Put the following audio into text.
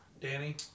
Danny